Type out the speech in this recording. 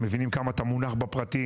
מבינים כמה אתה מודע בפרטים,